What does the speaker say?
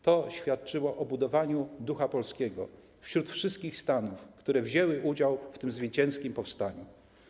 To świadczyło o budowaniu ducha polskiego wśród wszystkich stanów, które wzięły udział w tym zwycięskim powstaniu.